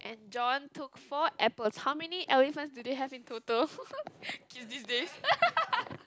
and John took four apples how many elephants do they have in total kids these days